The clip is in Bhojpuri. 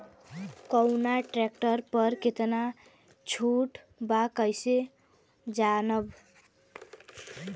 कवना ट्रेक्टर पर कितना छूट बा कैसे जानब?